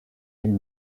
ailes